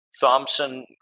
Thompson